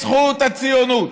הציונות.